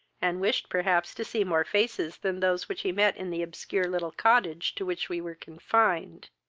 and wished perhaps to see more faces than those which he met in the obscure little cottage to which we were confined.